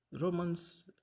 Romans